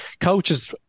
Coaches